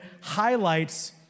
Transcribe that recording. highlights